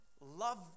Love